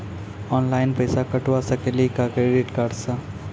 Online पैसा कटवा सकेली का क्रेडिट कार्ड सा?